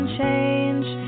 change